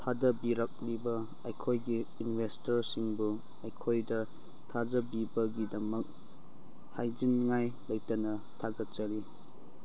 ꯊꯥꯗꯕꯤꯔꯛꯂꯤꯕ ꯑꯩꯈꯣꯏꯒꯤ ꯏꯟꯕꯦꯁꯇ꯭ꯔꯁꯤꯡꯕꯨ ꯑꯩꯈꯣꯏꯗ ꯊꯥꯖꯕꯤꯕꯒꯤꯗꯃꯛ ꯍꯥꯏꯖꯅꯤꯡꯉꯥꯏ ꯂꯩꯇꯅ ꯊꯥꯒꯠꯆꯔꯤ